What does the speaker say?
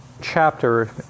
chapter